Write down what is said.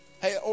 Hey